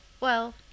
Well